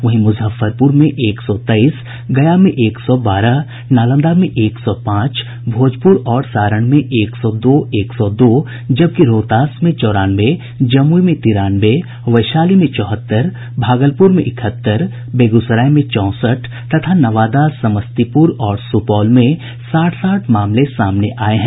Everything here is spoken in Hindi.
वहीं मुजफ्फरपुर में एक सौ तेईस गया में एक सौ बारह नालंदा में एक सौ पांच भोजपुर और सारण में एक सौ दो एक सौ दो जबकि रोहतास में चौरानवे जमूई में तिरानवे वैशाली में चौहत्तर भागलपुर में इकहत्तर बेगूसराय में चौंसठ तथा नवादा समस्तीपुर और सुपौल में साठ साठ मामले सामने आये हैं